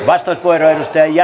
vasta oirehtia ja